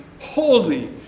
holy